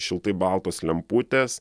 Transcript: šiltai baltos lemputės